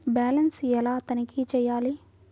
Balance ఎలా తనిఖీ చేయాలి?